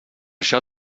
això